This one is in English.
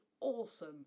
awesome